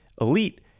elite